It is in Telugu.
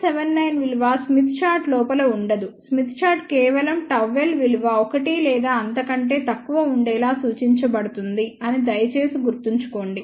79 విలువ స్మిత్ చార్ట్ లోపల ఉండదు స్మిత్ చార్ట్ కేవలం ΓL విలువ 1 లేదా అంతకంటే తక్కవ ఉండేలా సూచించబడుతుంది అని దయచేసి గుర్తుంచుకోండి